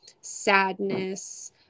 sadness